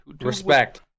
respect